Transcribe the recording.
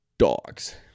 Dogs